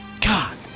God